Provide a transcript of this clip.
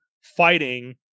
fighting